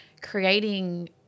creating